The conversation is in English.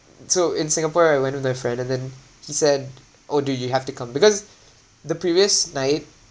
so in singapore I went with a friend and then he said oh dude you have to come because the previous night